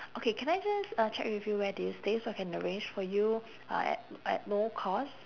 okay can I just uh check if you where do you stay so I can arrange for you uh at at low cost